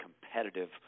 competitive